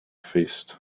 feast